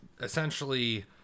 essentially